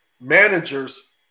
Managers